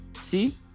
See